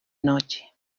noche